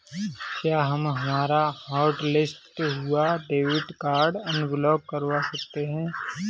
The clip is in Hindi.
क्या हम हमारा हॉटलिस्ट हुआ डेबिट कार्ड अनब्लॉक करवा सकते हैं?